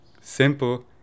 simple